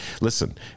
listen